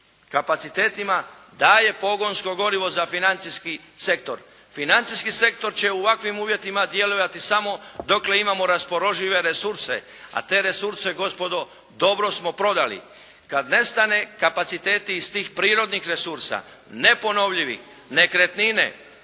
kapacitetima daje pogonsko gorivo za financijski sektor. Financijski sektor će u ovakvim uvjetima djelovati samo dokle imamo raspoložive resurse. A te resurse gospodo dobro smo prodali. Kad nestane kapaciteti iz tih prirodnih resursa, neponovljivi, nekretnine,